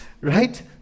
Right